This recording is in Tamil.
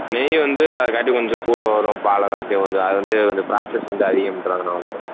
நெய் வந்து அதுக்காட்டி கொஞ்சம் கூட வரும் பாலைக்காட்டி கொஞ்சம் அது வந்து கொஞ்சம் ப்ராசஸ் வந்து அதிகம்ன்றதினால